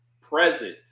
present